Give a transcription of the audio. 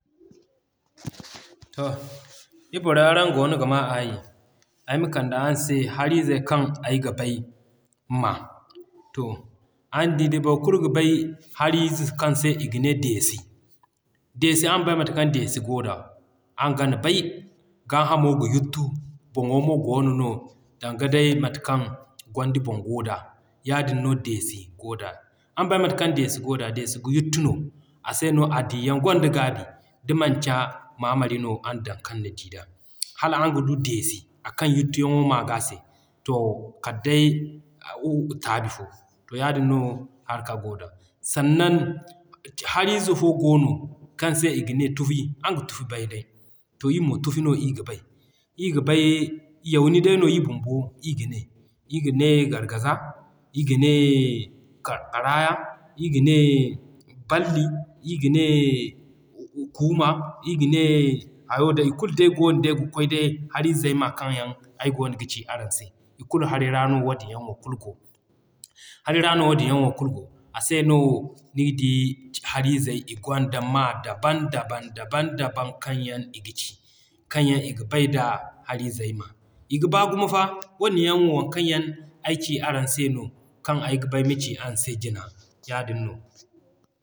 To ii borey araŋ goono ga maa aayi. Ay ma kande araŋ se hari zey kaŋ ay ga bay ma. To araŋ di day boro kulu ga bay hari ze kaŋ se i ga ne Deesi. Deesi araŋ bay mate kaŋ Deesi goo da, araŋ gan bay gaa hamo ga yuttu, boŋo mo goono no danga day mate kaŋ Gwandi boŋ goo da. Yaadin no Deesi goo da. Araŋ bay mate kaŋ Deesi goo da, Deesi ga yuttu no, a se no a diyaŋ gwanda gaabi da manci maamari araŋ dan kaŋ na d'i da. Hala araŋ ga du Deesi a kaŋ yuttu yaŋo maa gaa se, to kal day taabi fo. To yaadin no haraka goo da. Sannan hari ze fo goono kaŋ se i ga ne Tufi, araŋ ga tufi bay day. To ii mo Tufi no ii ga bay, ii ga bay Yauni day no ii bumbo ii gane. Ii ga ne Gargaza, ii ga ne Qaraaya, ii ga ne ii ga ne Kuuma, ii ga ne hayo day i kulu day goono day ga kwaay day. Hari zey ma kaŋ yaŋ ay goono ga ci araŋ se kulu hari ra no wadin yaŋ wo kulu go. Hari ra no wadin yaŋ kulu go. A se no niga di hari zey i gwanda ma daban daban daban daban yaŋ kaŋ i ga ci. Kaŋ yaŋ i ga bay da hari zey ma. I ga baa gumo fa. Wane wo waŋ kaŋ yaŋ ay ci araŋ se no kaŋ ay ga ba ay ma ci araŋ se jina yaadin no.